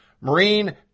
Marine